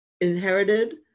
inherited